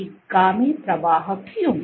प्रतिगामी प्रवाह क्यों